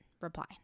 reply